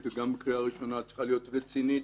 וגם בקריאה ראשונה צריכה להיות רצינית.